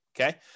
Okay